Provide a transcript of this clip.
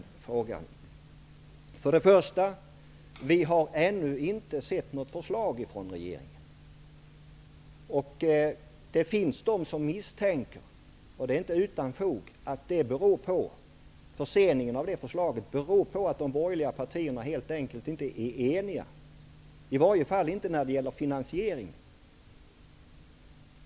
Till att börja med: Vi har ännu inte sett något förslag från regeringen. Det finns de som misstänker -- och inte utan fog -- att förseningen av detta förslag beror på att de borgerliga partierna helt enkelt inte är eniga, i varje fall inte när det gäller finansieringen.